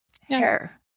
hair